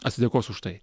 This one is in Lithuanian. atsidėkos už tai